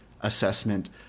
assessment